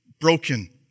broken